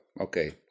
okay